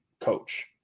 coach